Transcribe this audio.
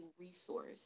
resource